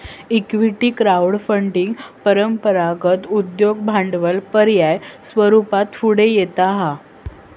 equity crowd funding परंपरागत उद्योग भांडवल पर्याय स्वरूपात पुढे येता हा